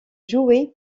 jouer